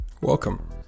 welcome